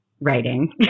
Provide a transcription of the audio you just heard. writing